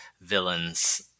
villains